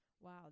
Wow